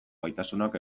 gaitasunak